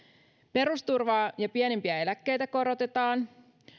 perusturvaa ja pienimpiä eläkkeitä korotetaan